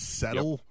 settle